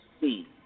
see